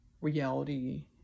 reality